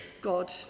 God